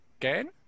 again